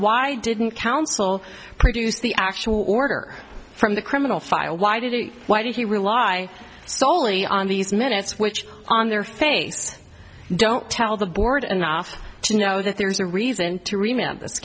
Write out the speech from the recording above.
why didn't counsel produce the actual order from the criminal file why did it why did he rely solely on these minutes which on their face don't tell the board enough to know that there's a reason to re